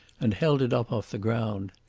and held it up off the ground.